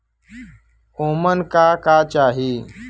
ओमन का का चाही?